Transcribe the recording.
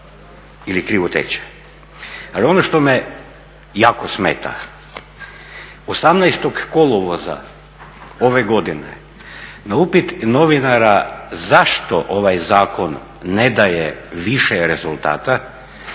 ili krivo teče. Ali ono što me jako smeta, 18.kolovoza ove godine na upit novinara zašto ovaj zakon ne daje više rezultata,